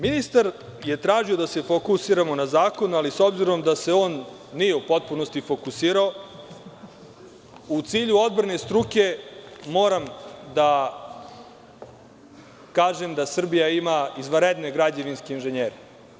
Ministar je tražio da se fokusiramo na zakon, ali, s obzirom da se on nije u potpunosti fokusirao, u cilju odbrane struke moram da kažem da Srbija ima izvanredne građevinske inženjere.